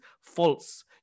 false